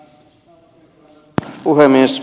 arvoisa puhemies